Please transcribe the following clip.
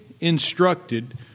instructed